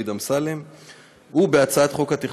של חבר הכנסת דוד אמסלם.